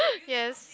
yes